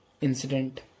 incident